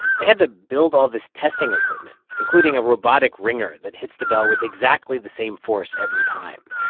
they had to build all this testing equipment, including a robotic ringer that hits the bell with exactly the same force every time.